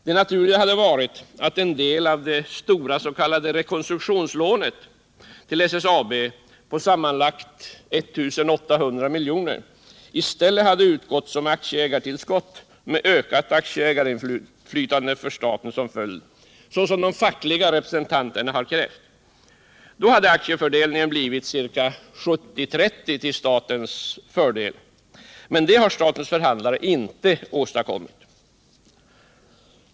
Det naturliga hade varit att en del av det stora s.k. rekonstruktionslånet till SSAB på sammanlagt 1 800 miljoner i stället hade utgått som aktieägartillskott med ökat aktieägarinflytande för staten som följd, så som de fackliga representanterna krävt. Då hade aktiefördelningen blivit ca 70-30 till statens fördel. Men detta har statens förhandlare inte åstadkommit.